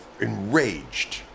enraged